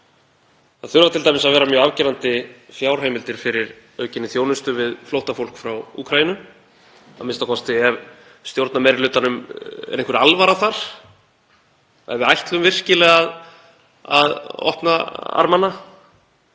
Það þurfa t.d. að vera mjög afgerandi fjárheimildir fyrir aukinni þjónustu við flóttafólk frá Úkraínu, a.m.k. ef stjórnarmeirihlutanum er einhver alvara þar, ef við ætlum virkilega að opna arma